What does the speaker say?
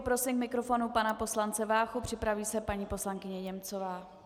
Prosím k mikrofonu pana poslance Váchu, připraví se paní poslankyně Němcová.